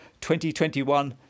2021